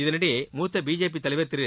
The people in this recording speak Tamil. இதனிடையே மூத்த பிஜேபி தலைவர் திரு